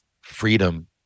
freedom